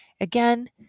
Again